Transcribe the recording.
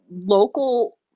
local